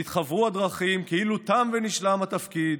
נתחוורו הדרכים, כאילו תם ונשלם התפקיד,